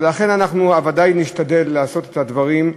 לכן אנחנו ודאי נשתדל לעשות את הדברים,